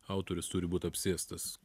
autorius turi būti apsėstas